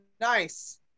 Nice